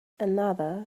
another